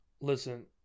Listen